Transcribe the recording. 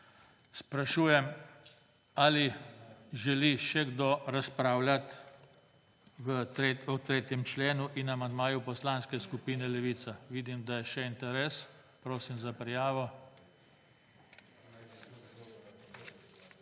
Sprašujem, ali želi še kdo razpravljati o 3. členu in amandmaju Poslanske skupine Levica. Vidim, da je še interes. Prosim za prijavo.